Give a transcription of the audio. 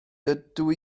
dydw